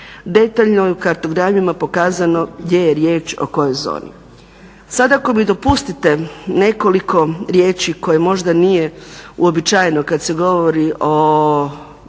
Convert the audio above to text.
se ne razumije./… pokazano gdje je riječ o kojoj zoni. Sada ako mi dopustite nekoliko riječi koje možda nije uobičajeno kada se govori o